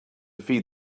feed